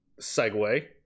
segue